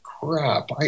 crap